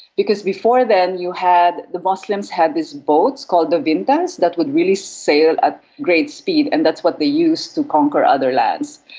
because before then you had, the muslims had these boats called the vintas that would really sail at great speed and that's what they used to conquer other lands.